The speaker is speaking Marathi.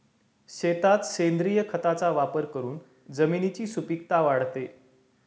शेतात सेंद्रिय खताचा वापर करून जमिनीची सुपीकता वाढते